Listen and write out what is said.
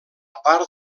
part